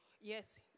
Yes